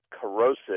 corrosive